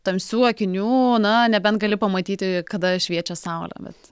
tamsių akinių na nebent gali pamatyti kada šviečia saulė bet